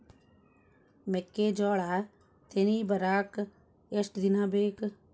ಮೆಕ್ಕೆಜೋಳಾ ತೆನಿ ಬರಾಕ್ ಎಷ್ಟ ದಿನ ಬೇಕ್?